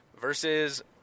versus